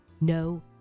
no